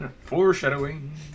Foreshadowing